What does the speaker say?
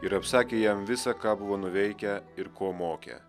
ir apsakė jam visa ką buvo nuveikę ir ko mokę